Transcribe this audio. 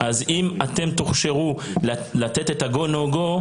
אם אתם תוכשרו לתת את ה-go no go,